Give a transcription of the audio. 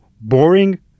boring